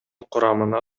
курамына